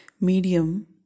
medium